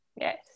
Yes